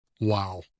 Wow